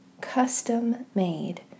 custom-made